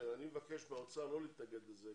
ואני מבקש מהאוצר לא להתנגד לזה,